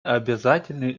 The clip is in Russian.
обязательный